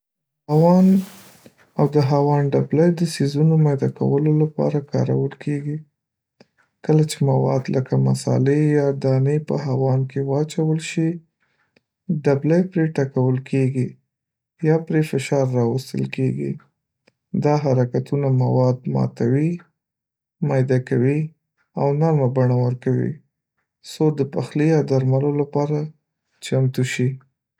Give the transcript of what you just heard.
هاون او د هاون ډبلی د څیزونو میده کولو لپاره کارول کېږي. کله چې مواد لکه مصالحې یا دانې په هاون کې واچول شي، ډبلی پرې ټکول کېږي یا پرې فشار راوستل کېږي. دا حرکتونه مواد ماتوي، ميده کوي او نرمه بڼه ورکوي، څو د پخلي یا درملو لپاره چمتو شي.